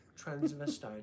Transvestite